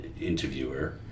interviewer